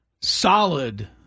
solid